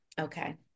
Okay